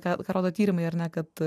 ką rodo tyrimai ar ne kad